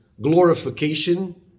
glorification